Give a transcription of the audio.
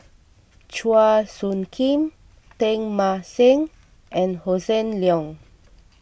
Chua Soo Khim Teng Mah Seng and Hossan Leong